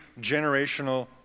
generational